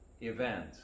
event